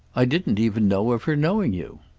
i didn't even know of her knowing you.